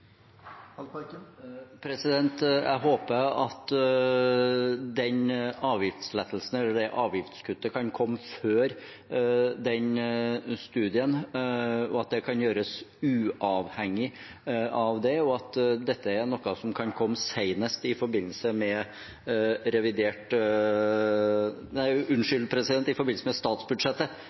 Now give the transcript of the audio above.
Jeg håper at det avgiftskuttet kan komme før den studien, og at det kan gjøres uavhengig av den, og at dette er noe som kan komme senest i forbindelse med revidert – nei, unnskyld – i forbindelse med statsbudsjettet